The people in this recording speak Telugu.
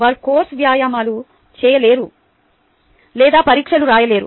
వారు కోర్సు వ్యాయామాలు చేయలేరు లేదా పరీక్షలు రాయలేరు